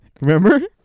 Remember